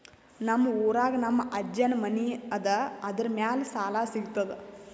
ನಮ್ ಊರಾಗ ನಮ್ ಅಜ್ಜನ್ ಮನಿ ಅದ, ಅದರ ಮ್ಯಾಲ ಸಾಲಾ ಸಿಗ್ತದ?